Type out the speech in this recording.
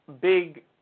big